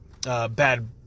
bad